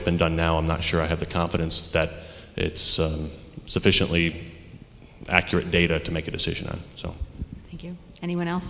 it's been done now i'm not sure i have the confidence that it's sufficiently accurate data to make a decision thank you anyone else